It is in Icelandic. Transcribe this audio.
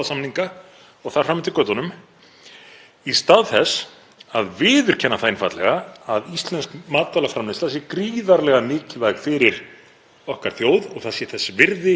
okkar þjóð og það sé þess virði að fjárfesta í henni og liðka fyrir. Það veitir ekki af því að liðka fyrir eins og regluverkið er orðið gagnvart landbúnaði núorðið.